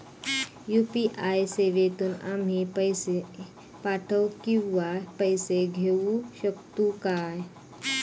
UPI सेवेतून आम्ही पैसे पाठव किंवा पैसे घेऊ शकतू काय?